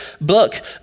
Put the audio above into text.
book